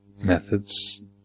methods